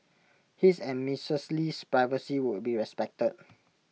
his and Mrs Lee's privacy would be respected